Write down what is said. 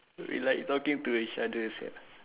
who we like talking to each other sia